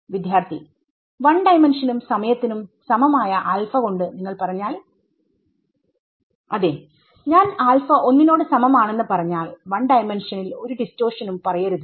വിദ്യാർത്ഥി 1D ക്കും സമയത്തിനും സമം ആയ ആൽഫ കൊണ്ട് നിങ്ങൾ പറഞ്ഞാൽ അതെഞാൻ ആൽഫ ഒന്നിനോട് സമം ആണെന്ന് പറഞ്ഞാൽ1D യിൽ ഒരു ഡിസ്ട്ടോർഷനുംപറയരുത്